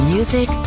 Music